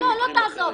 לא אעזוב.